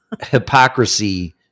hypocrisy